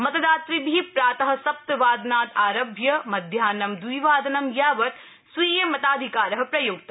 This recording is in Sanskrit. मतदातृभि प्रात सप्तवादनादारभ्य मध्याहं द्विवादनं यावत् स्वीय मताधिकार प्रयुक्त